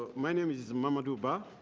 but my name is is mamadu ba.